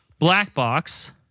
Blackbox